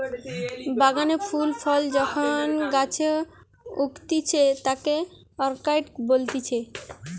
বাগানে ফুল ফল যখন গাছে উগতিচে তাকে অরকার্ডই বলতিছে